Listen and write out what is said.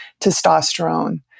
testosterone